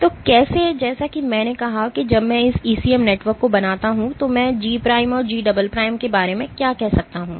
तो कैसे जैसा कि मैंने कहा कि जब मैं इस ईसीएम नेटवर्क को बनाता हूं तो मैं G' और G" के बारे में क्या कह सकता हूं